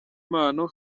mpano